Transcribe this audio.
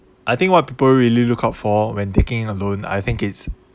I think what people really look out for when taking a loan I think it's